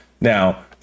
Now